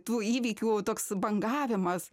tų įvykių toks bangavimas